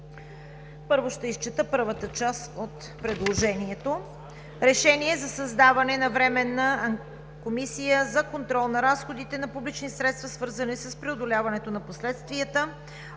Първо ще изчета първата част от предложението: „Проект! РЕШЕНИЕ за създаване на Временна комисия за контрол на разходите на публични средства, свързани с преодоляването на последствията